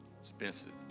Expensive